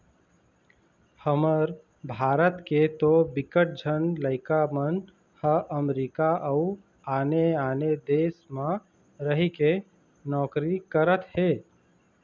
हमर भारत के तो बिकट झन लइका मन ह अमरीका अउ आने आने देस म रहिके नौकरी करत हे